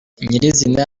nyir’izina